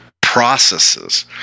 processes